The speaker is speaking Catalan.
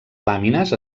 làmines